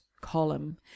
column